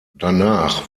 danach